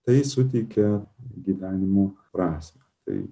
tai suteikia gyvenimo prasmę tai